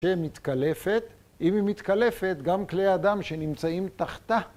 ‫שמתקלפת, אם היא מתקלפת, ‫גם כלי אדם שנמצאים תחתה.